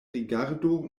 rigardo